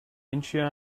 incheon